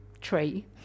tree